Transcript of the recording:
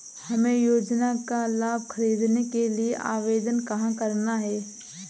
हमें योजना का लाभ ख़रीदने के लिए आवेदन कहाँ करना है?